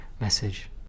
message